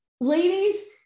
ladies